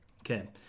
Okay